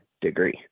degree